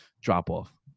drop-off